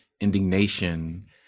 Indignation